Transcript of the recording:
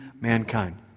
mankind